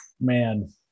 man